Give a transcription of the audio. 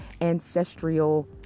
ancestral